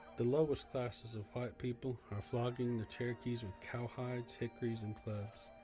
the lowest classes of white people are flogging the cherokees with cow hides, hickories, and clubs.